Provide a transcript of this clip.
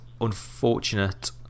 unfortunate